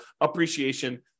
appreciation